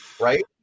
right